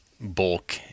bulk